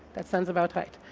that sounds about right.